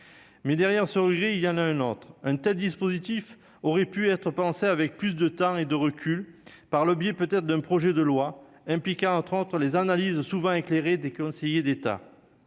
mais derrière ce Roger il y en a un autre un tas dispositif aurait pu être pensé avec plus de temps et de recul, par le biais peut-être d'un projet de loi implique trente les analyses souvent éclairé des conseillers d'État,